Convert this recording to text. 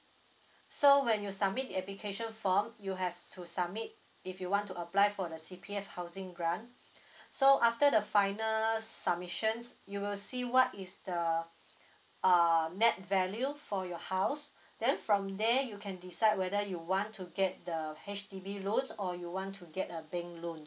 so when you submit application form you have to submit if you want to apply for the C_P_F housing grant so after the final submissions you will see what is the uh net value for your house then from there you can decide whether you want to get the H_D_B loan or you want to get a bank loan